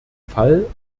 fall